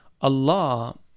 Allah